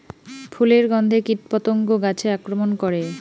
ফুলের গণ্ধে কীটপতঙ্গ গাছে আক্রমণ করে?